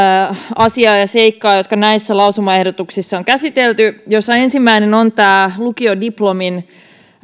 asiaa ja seikkaa jotka näissä lausumaehdotuksissa on käsitelty joista ensimmäinen on tämä lukiodiplomin